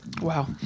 Wow